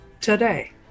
today